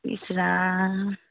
ইচ Ram